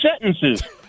sentences